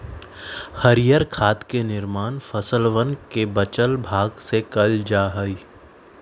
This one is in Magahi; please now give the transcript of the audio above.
हरीयर खाद के निर्माण फसलवन के बचल भाग से कइल जा हई